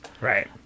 right